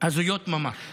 הזויות ממש.